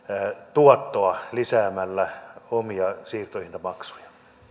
tuottoa lisäämällä omia siirtohintamaksuja